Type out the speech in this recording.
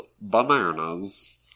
bananas